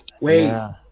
wait